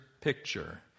picture